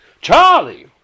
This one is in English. Charlie